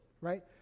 right